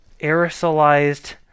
aerosolized